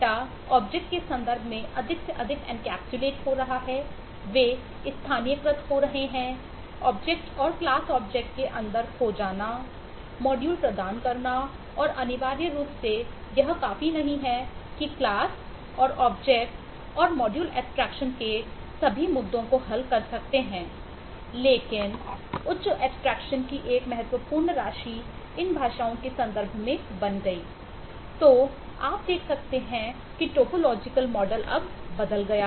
और module abstraction अब बदल गया है